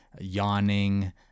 yawning